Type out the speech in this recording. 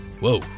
Whoa